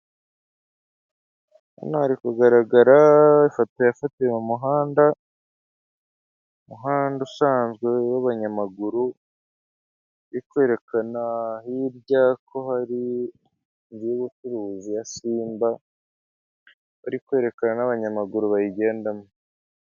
Hano kugaragara ifoto yafatiwe mu muhanda muhanda usanzwe w'abanyamaguru urikwerekana hirya ko hari iy'ubucuruzi ya Simba barikwerekana n'abanyamaguru bayigendamo.